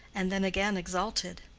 and then again exalted.